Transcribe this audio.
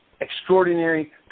extraordinary